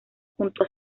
junto